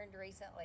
recently